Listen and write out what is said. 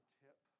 tip